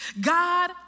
God